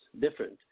different